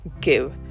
Give